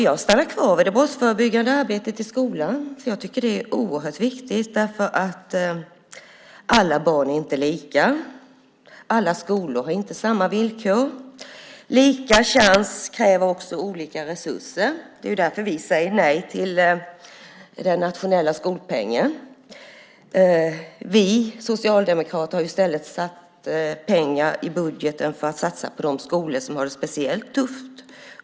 Jag stannar kvar vid det brottsförebyggande arbetet i skolan, för det är oerhört viktigt. Alla barn är inte lika. Alla skolor har inte samma villkor. Lika chans kräver olika resurser. Det är därför vi säger nej till den nationella skolpengen. Vi socialdemokrater har i stället avsatt pengar i budgeten för att satsa på de skolor som har det speciellt tufft.